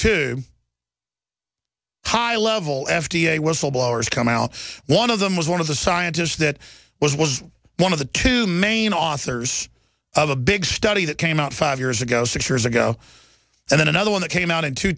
two high level f d a was the blowers come out one of them was one of the scientists that was was one of the two main authors of a big study that came out five years ago six years ago and then another one that came out in two